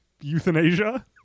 euthanasia